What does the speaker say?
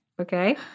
Okay